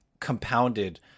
compounded